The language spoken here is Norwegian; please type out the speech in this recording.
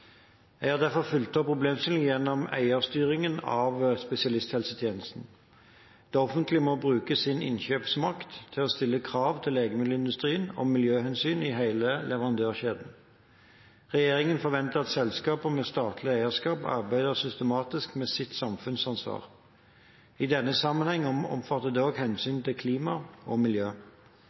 Jeg har derfor fulgt opp problemstillingen gjennom eierstyringen av spesialisthelsetjenesten. Det offentlige må bruke sin innkjøpsmakt til å stille krav til legemiddelindustrien om miljøhensyn i hele leverandørkjeden. Regjeringen forventer at selskaper med statlig eierskap arbeider systematisk med sitt samfunnsansvar. I denne sammenheng omfatter det også hensynet til klima og miljø.